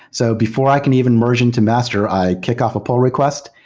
so before i can even merge into master, i kick off a pull request.